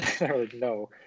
no